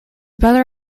brother